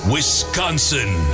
Wisconsin